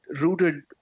rooted